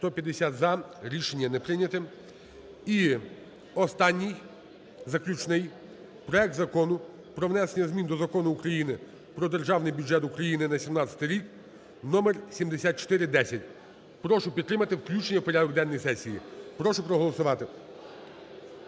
За-150 Рішення не прийнято. І останній, заключний. Проект Закону про внесення змін до Закону України "Про Державний бюджет України на 2017 рік" (номер 7410). Прошу підтримати включення у порядок денний сесії, прошу проголосувати.